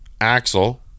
Axel